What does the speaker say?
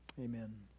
Amen